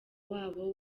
wabo